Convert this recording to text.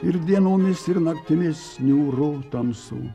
ir dienomis ir naktimis niūru tamsu